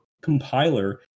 compiler